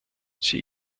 sie